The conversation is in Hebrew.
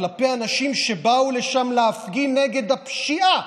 כלפי אנשים שבאו לשם להפגין נגד הפשיעה.